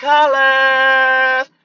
Colors